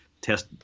test